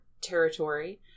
territory